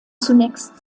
zunächst